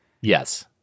Yes